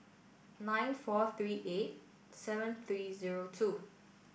nine four three eight seven three zero two